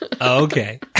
okay